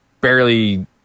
barely